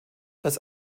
das